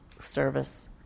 service